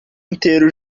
inteiro